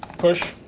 push.